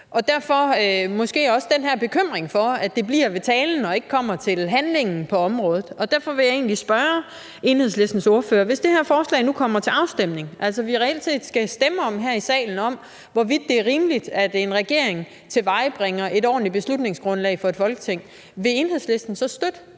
har jeg måske også den her bekymring for, at det bliver ved talen og ikke kommer til handling på området. Derfor vil jeg egentlig spørge Enhedslistens ordfører: Hvis det her forslag nu kommer til afstemning og vi reelt set her i salen skal stemme om, hvorvidt det er rimeligt, at en regering tilvejebringer et ordentligt beslutningsgrundlag for et Folketing, vil Enhedslisten så støtte